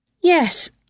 Yes